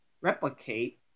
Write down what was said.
replicate